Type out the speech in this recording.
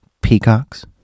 Peacocks